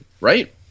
right